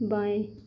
बाएँ